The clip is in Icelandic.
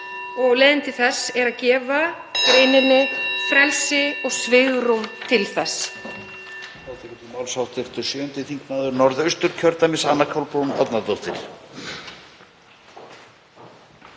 og leiðin til þess er að gefa greininni frelsi og svigrúm til þess.